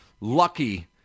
lucky